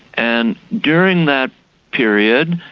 and during that period,